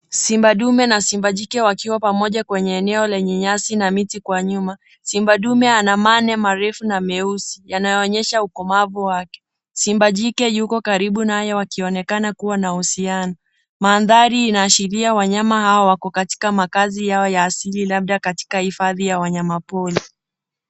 Simba dume na simba jike wakiwa pamoja kwenye eneo lenye nyasi na miti kwa nyuma. Simba dume ana mane marefu na meusi, yanayoonyesha ukomavu wake. Simba jike yuko karibu naye wakionekana kuwa na uhusiano. Mandhari inaashiria wanyama hao wako katika makazi yao ya asili labda katika hifadhi ya wanyamapori.